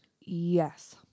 Yes